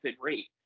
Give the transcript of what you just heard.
rate